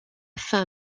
fin